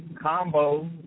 combo